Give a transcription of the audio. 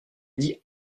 dit